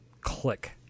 click